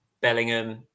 Bellingham